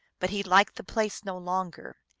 but he liked the place no longer,